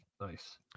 Nice